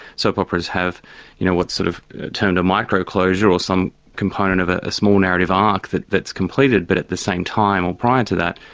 soap operas have you know what's sort of termed a micro-closure or some component of ah a small narrative arc that's completed. but at the same time, or prior to that,